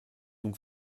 donc